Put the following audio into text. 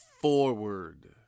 forward